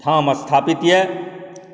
ठाम स्थापित अइ